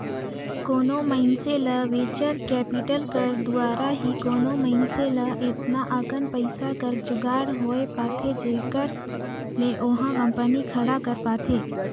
कोनो मइनसे ल वेंचर कैपिटल कर दुवारा ही कोनो मइनसे ल एतना अकन पइसा कर जुगाड़ होए पाथे जेखर ले ओहा कंपनी खड़ा कर पाथे